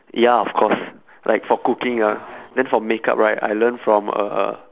ya of course like for cooking ah then for makeup right I learn from uh